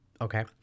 Okay